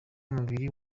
umubiri